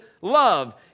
love